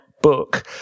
book